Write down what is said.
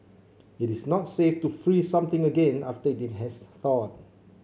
it is not safe to freeze something again after it has thawed